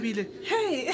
Hey